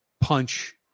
punch